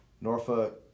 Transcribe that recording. Norfolk